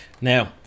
Now